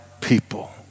people